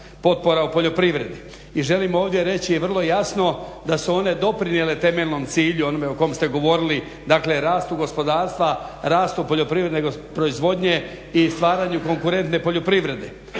i želim ovdje reći vrlo jasno da su one doprinijele temeljnom cilju onome o kom ste govorili, dakle rastu gospodarstva, rastu poljoprivredne proizvodnje i stvaranju konkurentne poljoprivrede.